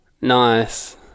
Nice